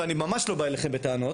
ואני ממש לא בא אליכם בטענות,